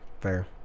Fair